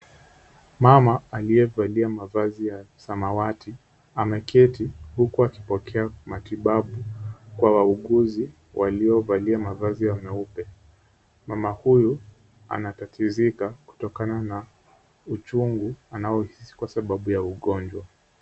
Mama aliyevalia mavazi ya samawati ameketi huku akipokea matibabu kwa wauguzi waliovalia mavazi ya meupe. Mama huyu anatatizika kutokana na uchungu anaohisi kwa sababu ya ugonjwa.